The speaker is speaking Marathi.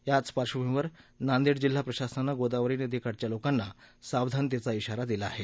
या पार्श्वभूमीवर नांदेड जिल्हा प्रशासनानं गोदावरी नदीकाठच्या लोकांना सावधानतेचा श्राा दिला आहे